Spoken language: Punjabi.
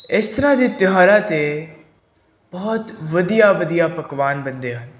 ਇਸ ਤਰ੍ਹਾਂ ਦੇ ਤਿਉਹਾਰਾਂ 'ਤੇ ਬਹੁਤ ਵਧੀਆ ਵਧੀਆ ਪਕਵਾਨ ਬਣਦੇ ਹਨ